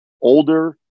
older